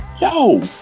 yo